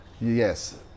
Yes